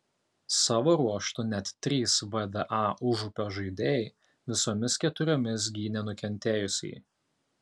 savo ruožtu net trys vda užupio žaidėjai visomis keturiomis gynė nukentėjusįjį